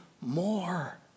more